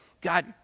God